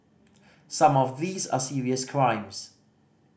some of these are serious crimes